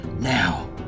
Now